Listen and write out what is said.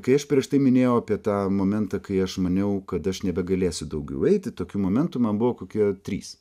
kai aš prieš tai minėjau apie tą momentą kai aš maniau kad aš nebegalėsiu daugiau eiti tokiu momentu man buvo kokie trys